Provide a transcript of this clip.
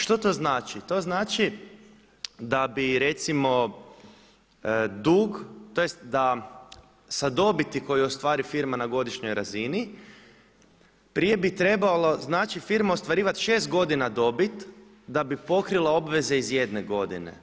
Što to znači? to znači da bi recimo dug, tj. da sa dobiti koju u stvari firma na godišnjoj razini, prije bi trebalo znači firma ostvarivati 6 godina dobit da bi pokrila obveze iz jedne godine.